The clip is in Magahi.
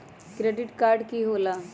क्रेडिट कार्ड की होला?